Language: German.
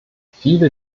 viele